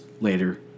later